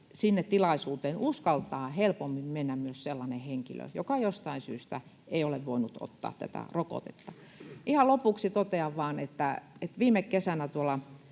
sinne tilaisuuteen uskaltaa helpommin mennä myös sellainen henkilö, joka jostain syystä ei ole voinut ottaa tätä rokotetta. Ihan lopuksi totean vain, että viime kesänä Tokion